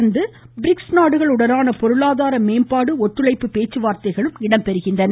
தொடர்ந்து பிரிக்ஸ் நாடுகள் உடனான பொருளாதார மேம்பாடு ஒத்துழைப்பு பேச்சுவார்த்தைகளும் இடம்பெறுகின்றன